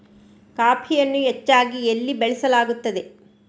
ಕಾಫಿಯನ್ನು ಹೆಚ್ಚಾಗಿ ಎಲ್ಲಿ ಬೆಳಸಲಾಗುತ್ತದೆ?